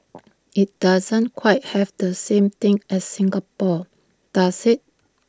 IT doesn't quite have the same thing as Singapore does IT